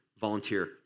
volunteer